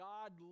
God